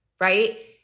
right